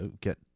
get